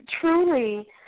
truly